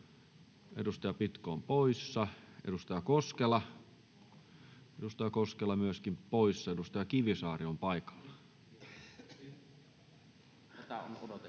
edustaja Pitko on poissa. Edustaja Koskela, edustaja Koskela myöskin poissa. — Edustaja Kivisaari on paikalla.